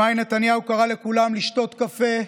במאי נתניהו קרא לכולם לשתות כוס קפה,